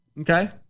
Okay